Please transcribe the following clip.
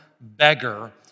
beggar